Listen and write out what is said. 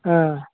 ओह